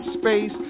space